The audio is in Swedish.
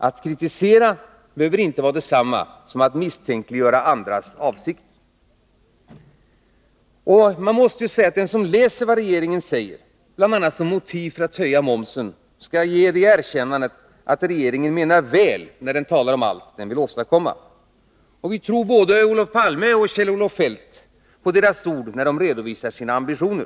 Att kritisera behöver inte vara detsamma som att misstänkliggöra andras avsikter. Den som läser vad regeringen anför, bl.a. som motiv för att höja momsen, måste ge regeringen erkännandet att den menar väl när den talar om allt som den vill åstadkomma. Och vi tror gärna både Olof Palme och Kjell-Olof Feldt på deras ord när de redovisar sina ambitioner.